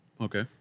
Okay